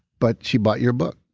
but she bought your book.